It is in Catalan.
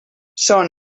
són